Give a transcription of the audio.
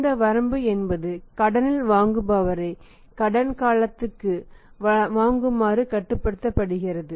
இந்த வரம்பு என்பது கடனில் வாங்குபவரை கடன் காலத்துக்குள் வாங்குமாறு கட்டுப்படுத்துகிறது